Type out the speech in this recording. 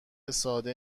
ساده